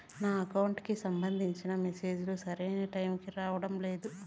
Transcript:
నా అకౌంట్ కి సంబంధించిన మెసేజ్ లు సరైన టైముకి రావడం లేదు